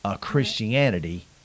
Christianity